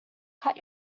cut